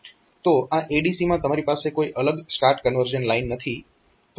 તો આ ADC માં તમારી પાસે કોઈ અલગ સ્ટાર્ટ કન્વર્ઝન લાઇન નથી